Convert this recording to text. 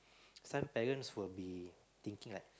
some parents will be thinking like